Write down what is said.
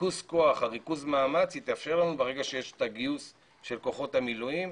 ריכוז הכוח והמאמץ התאפשר לנו ברגע שיש את הגיוס של כוחות המילואים.